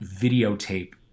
videotape